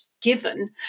given